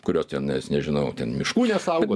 kurios tenais nežinau ten miškų nesaugo